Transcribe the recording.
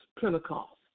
Pentecost